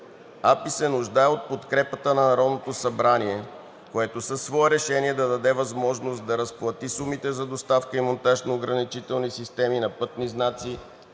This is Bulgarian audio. се нуждае от подкрепата на Народното събрание, което със свое решение да даде възможност да разплати сумите за доставка и монтаж на ограничителни системи на пътни знаци